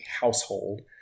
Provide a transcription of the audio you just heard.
household